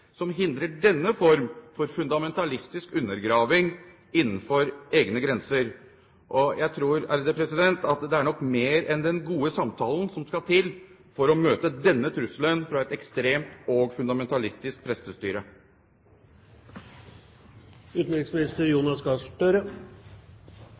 som hindrer denne form for fundamentalistisk undergraving innenfor egne grenser? Jeg tror nok at det er mer enn den gode samtalen som skal til for å møte denne trusselen fra et ekstremt og fundamentalistisk